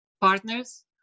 partners